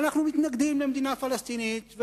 אנחנו מתנגדים למדינה פלסטינית,